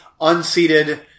unseated